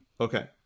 Okay